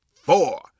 four